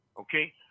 Okay